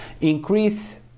increase